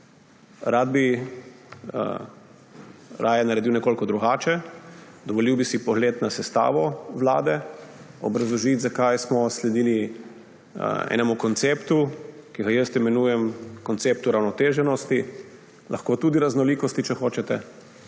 Rad bi naredil nekoliko drugače. Dovolil bi si pogledati na sestavo vlade, obrazložiti, zakaj smo sledili enemu konceptu, ki ga jaz imenujem koncept uravnoteženosti, lahko tudi raznolikosti, če hočete.